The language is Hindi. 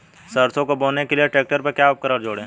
सरसों को बोने के लिये ट्रैक्टर पर क्या उपकरण जोड़ें?